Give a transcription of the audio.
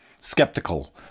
Skeptical